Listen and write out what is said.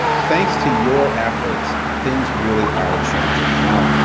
thanks to your efforts, things really are changing now.